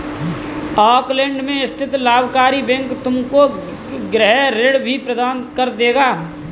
Auckland में स्थित लाभकारी बैंक तुमको गृह ऋण भी प्रदान कर देगा